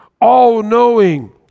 all-knowing